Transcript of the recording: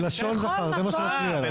בלשון זכר, זה מה שמפריע לה.